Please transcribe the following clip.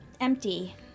empty